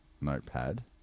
notepad